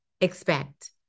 expect